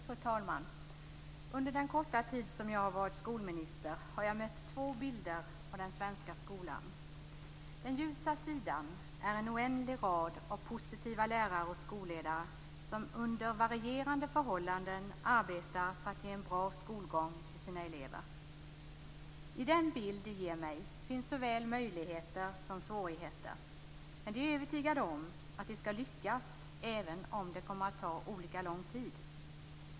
Fru talman! Under den korta tid som jag har varit skolminister har jag mött två bilder av den svenska skolan. Den ljusa sidan är en oändlig rad av positiva lärare och skolledare som under varierande förhållanden arbetar för att ge en bra skolgång till sina elever. I den bild de ger mig finns såväl möjligheter som svårigheter. Men de är övertygade om att de skall lyckas även om det kommer att ta olika lång tid.